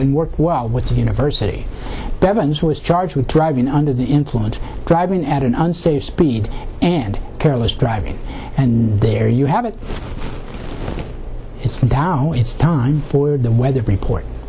and worked well with the university evans who was charged with driving under the influence driving at an unsafe speed and careless driving and there you have it it's the down it's time for the weather report